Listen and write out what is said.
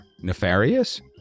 Nefarious